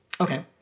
Okay